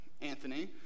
anthony